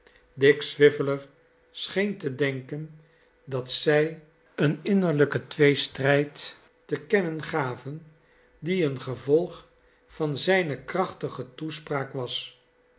dick swiveller scheen te denken dat zij een innerlijken tweestrijd te kennen gaven die een gevolg van zijne krachtige toespraak was